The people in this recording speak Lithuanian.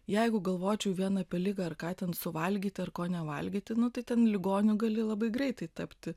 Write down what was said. jeigu galvočiau vien apie ligą ar ką ten suvalgyt ar ko nevalgyti nu tai ten ligonių gali labai greitai tapti